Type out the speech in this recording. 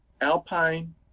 Alpine